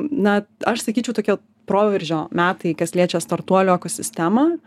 na aš sakyčiau tokie proveržio metai kas liečia startuolių ekosistemą